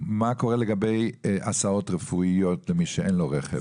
מה קורה לגבי הסעות רפואיות למי שאין לו רכב.